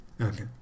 Okay